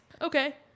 okay